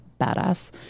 badass